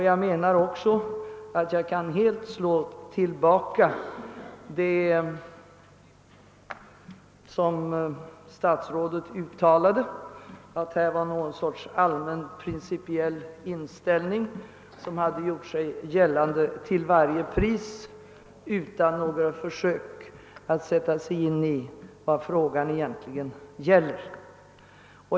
Jag menar också att jag helt kan slå tillbaka statsrådets påstående att här vore någon sorts allmän principiell inställning som hade gjort sig gällande till varje pris, utan att man försökt sätta sig in i vad frågan egentligen gäller.